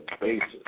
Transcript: basis